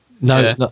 No